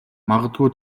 магадгүй